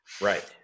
Right